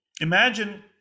Imagine